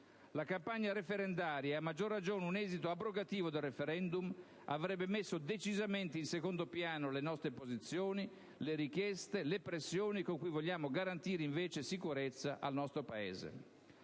La campagna referendaria, e a maggior ragione un esito abrogativo del *referendum*, avrebbe messo decisamente in secondo piano le nostre posizioni, le richieste, le pressioni con cui vogliamo garantire invece sicurezza al nostro Paese.